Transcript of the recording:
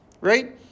right